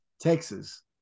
Texas